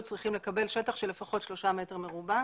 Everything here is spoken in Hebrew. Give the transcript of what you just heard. צריכים לקבל שטח של לפחות 3 מטר מרובע.